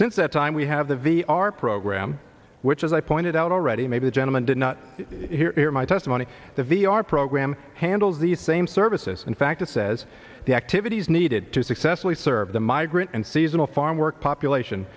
since that time we have the v r program as i pointed out already maybe a gentleman did not hear my testimony that the our program handles the same services in fact it says the activities needed to successfully serve the migrant and seasonal farm work population